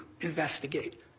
investigate